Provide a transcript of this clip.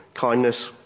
kindness